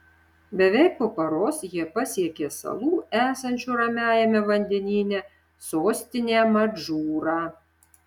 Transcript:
beveik po paros jie pasiekė salų esančių ramiajame vandenyne sostinę madžūrą